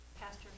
Pastor